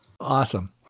Awesome